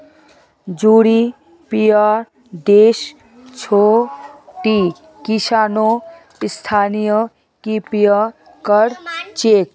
यूरोपीय देशत छोटो किसानो स्थायी कृषि कर छेक